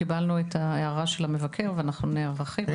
קיבלנו את ההערה של המבקר ואנחנו נערכים לזה.